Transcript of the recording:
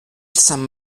sent